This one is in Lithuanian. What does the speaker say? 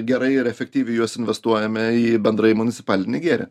gerai ir efektyviai juos investuojame į bendrąjį municipalinį gėrį